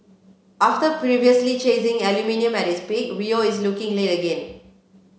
after previously chasing aluminium at its peak Rio is looking late again